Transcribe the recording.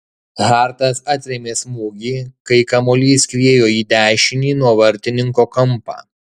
hartas atrėmė smūgį kai kamuolys skriejo į dešinį nuo vartininko kampą